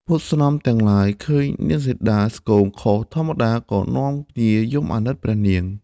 ពួកស្នំទាំងឡាយឃើញនាងសីតាស្គមខុសធម្មតាក៏នាំគ្នាយំអាណិតព្រះនាង។